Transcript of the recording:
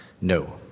No